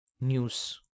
news